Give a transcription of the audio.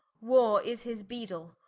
warre is his beadle,